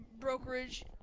Brokerage